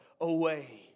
away